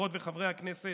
חברות וחברי הכנסת,